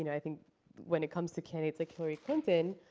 you know i think when it comes to candidates like hillary clinton,